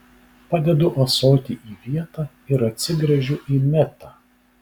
padedu ąsotį į vietą ir atsigręžiu į metą